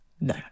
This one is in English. no